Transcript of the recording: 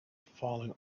falling